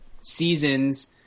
seasons